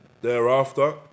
Thereafter